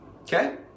Okay